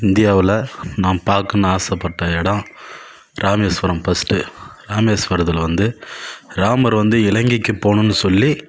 இந்தியாவில் நாம் பார்க்கணுன்னு ஆசைப்பட்ட இடோம் ராமேஸ்வரம் பஸ்ட்டு ராமேஸ்வரத்தில் வந்து ராமர் வந்து இலங்கைக்கு போகணுன்னு சொல்லி